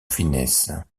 finesse